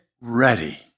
ready